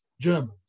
Germans